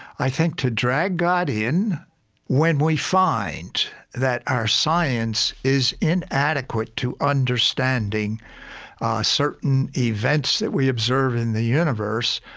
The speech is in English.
i think to drag god in when we find that our science is inadequate to understanding certain events that we observe in the universe,